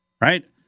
Right